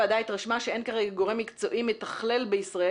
הוועדה התרשמה שאין כרגע גורם מקצועי מתכלל בישראל